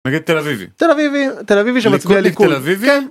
נגיד תל אביבי, תל אביבי, תל אביבי שמצביע ליכוד